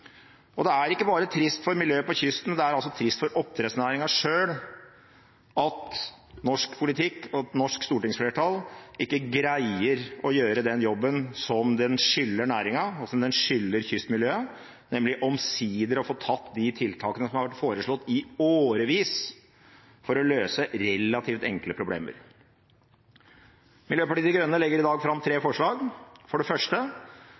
Og det er ikke bare trist for miljøet på kysten, det er også trist for oppdrettsnæringen selv at norsk politikk og norsk stortingsflertall ikke greier å gjøre den jobben som den skylder næringen, og som den skylder kystmiljøet, nemlig omsider å få tatt de tiltakene som har vært foreslått i årevis for å løse relativt enkle problemer. Miljøpartiet De Grønne legger i dag fram tre forslag, for det første